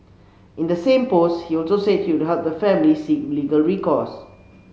in the same post he also said he would help the family seek legal recourse